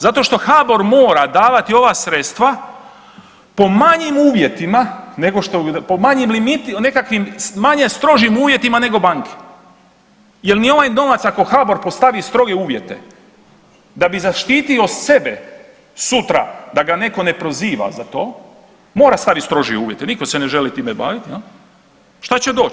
Zato što HBOR mora davati ova sredstva po manjim uvjetima nego što, po manjim limitima, nekakvim manje strožim uvjetima nego banke jel ni ovaj novac ako HBOR postavi stroge uvjete da bi zaštitio sebe sutra da ga netko ne proziva za to mora staviti strožije uvjete niko se ne želi time baviti jel, šta će doć?